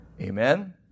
Amen